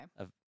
Okay